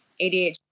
ADHD